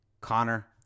Connor